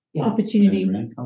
Opportunity